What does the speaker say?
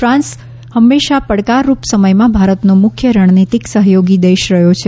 France હંમેશા પડકારરૂપ સમયમાં બારતનો મુખ્ય રણનિતિક સહયોગી દેશ રહ્યો છે